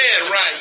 right